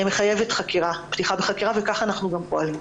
מחייבת פתיחה בחקירה וכך אנחנו גם פועלים.